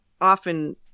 often